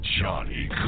Johnny